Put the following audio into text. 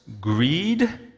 greed